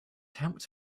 helped